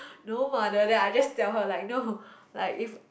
no what then after that I just tell her like no like if